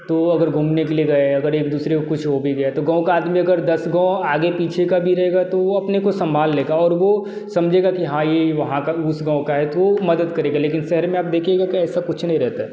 तो अगर घूमने के लिए गए अगर एक दूसरे को कुछ हो भी गया तो गाँव का आदमी अगर दस गाँव आगे पीछे का भी रहेगा तो वो अपने को संभाल लेगा और वो समझेगा कि हाँ ये वहाँ का उस गाँव तो मदद करेगा लेकिन शहर में आप देखेंगे तो ऐसा कुछ नहीं रहता है